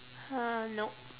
uh nope